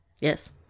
Yes